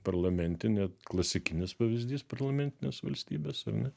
parlamentinė klasikinis pavyzdys parlamentinės valstybės ar ne